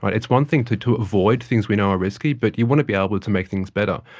but it's one thing to to avoid things we know are risky, but you want to be able to make things better.